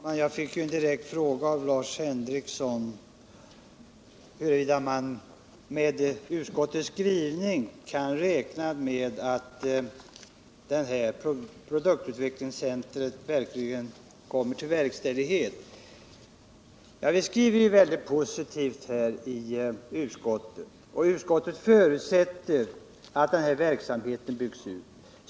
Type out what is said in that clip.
Herr talman! Jag fick en direkt fråga av Lars Henrikson. Han frågar om man med utskottets skrivning kan räkna med att produktutvecklingscentret verkligen kommer till stånd. Utskottet skriver positivt. Det förutsätter att verksamheten byggs ut.